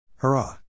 Hurrah